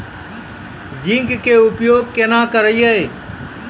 Zinc के उपयोग केना करये?